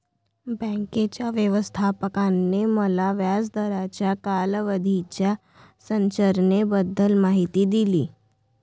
बँकेच्या व्यवस्थापकाने मला व्याज दराच्या कालावधीच्या संरचनेबद्दल माहिती दिली